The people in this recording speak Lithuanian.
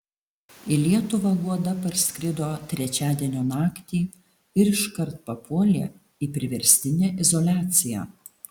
į lietuvą guoda parskrido trečiadienio naktį ir iškart papuolė į priverstinę izoliaciją